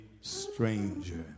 stranger